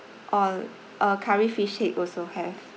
or uh curry fish head also have